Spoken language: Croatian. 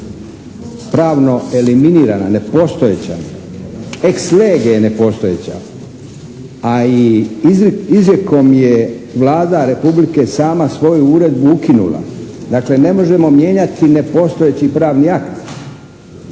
pravno eliminirana, nepostojeća, ex lege je nepostojeća, a i izrijekom je Vlada Republike sama svoju uredbu ukinula. Dakle ne možemo mijenjati nepostojeći pravni akt,